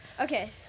Okay